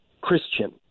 Christian